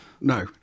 no